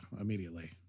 immediately